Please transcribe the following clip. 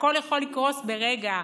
שהכול יכול לקרוס ברגע,